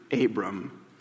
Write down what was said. Abram